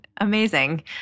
amazing